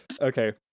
Okay